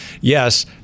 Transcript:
Yes